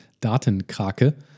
Datenkrake